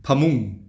ꯐꯃꯨꯡ